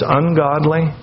ungodly